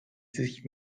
sich